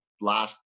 last